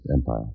Empire